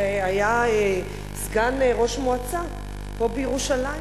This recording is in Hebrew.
שהיה סגן ראש מועצה פה בירושלים,